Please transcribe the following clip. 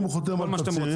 אם הוא חותם על תצהיר,